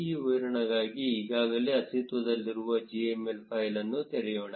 ಈ ವಿವರಣೆಗಾಗಿ ಈಗಾಗಲೇ ಅಸ್ತಿತ್ವದಲ್ಲಿರುವ gml ಫೈಲ್ ಅನ್ನು ತೆರೆಯೋಣ